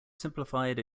simplified